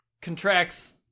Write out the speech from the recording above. contracts